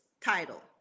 title